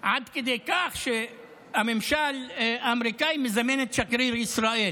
עד כדי כך שהממשל האמריקני מזמן את שגריר ישראל.